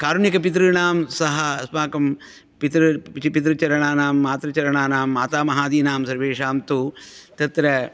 कारुणिकपितॄणां सह अस्माकं पितृचरणानां मातृचरणानां मातामहादीनां सर्वेषां तु तत्र